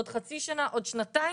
עוד חצי שנה, עוד שנתיים.